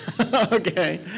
okay